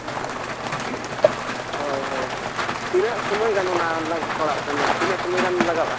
ᱦᱮᱸ ᱦᱳᱭ ᱦᱳᱭ ᱛᱤᱱᱟᱹᱜ ᱥᱚᱢᱚᱭ ᱜᱟᱱ ᱚᱱᱟ ᱯᱟᱲᱟᱜ ᱠᱟᱱᱟ ᱛᱤᱱᱟᱹᱜ ᱥᱚᱢᱚᱭ ᱜᱟᱱ ᱞᱟᱜᱟᱜᱼᱟ